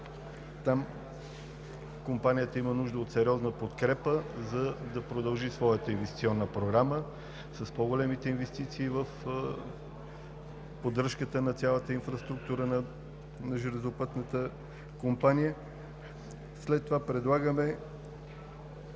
Там компанията има нужда от сериозна подкрепа, за да продължи своята инвестиционна програма с по-големи инвестиции в поддръжката на цялата инфраструктура на железопътната компания. След това предлагаме